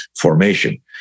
formation